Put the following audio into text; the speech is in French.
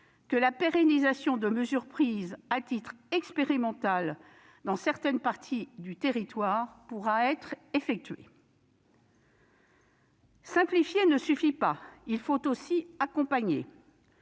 que la pérennisation de mesures prises à titre expérimental dans certaines parties du territoire pourra être effectuée. Simplifier ne suffit pas ; il faut aussi accompagner.